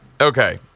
Okay